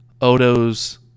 Odo's